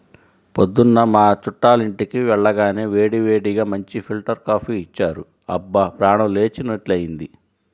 పొద్దున్న మా చుట్టాలింటికి వెళ్లగానే వేడివేడిగా మంచి ఫిల్టర్ కాపీ ఇచ్చారు, అబ్బా ప్రాణం లేచినట్లైంది